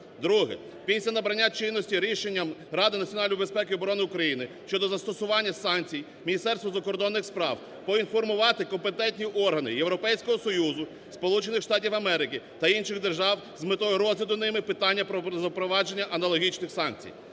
Друге. Після набрання чинності рішенням Ради національної безпеки і оборони України щодо застосування санкцій, Міністерству закордонних справ поінформувати компетентні органи Європейського Союзу, Сполучених Штатів Америки та інших держав з метою розгляду ними питання про запровадження аналогічних санкцій.